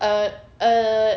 a a